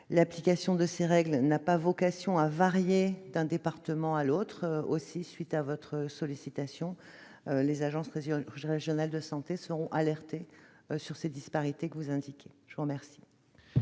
L'application de ces règles n'a pas vocation à varier d'un département à l'autre. Aussi, à la suite de votre sollicitation, les agences régionales de santé seront alertées sur ces disparités que vous indiquez. La parole